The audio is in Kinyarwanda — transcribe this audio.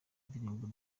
indirimbo